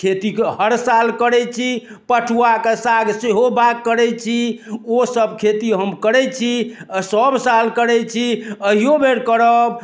खेतीके हर साल करै छी पटुआके साग सेहो बाओग करै छी ओ सभ खेती हम करै छी अऽ सभ साल करै छी अहियो बेर करब